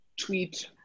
tweet